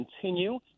continue